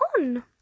on